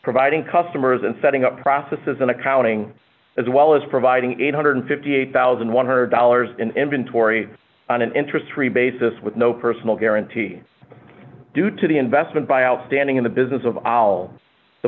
providing customers and setting up processes in accounting as well as providing eight hundred and fifty eight thousand one hundred dollars in inventory on an interest free basis with no personal guarantee due to the investment by outstanding in the business of all the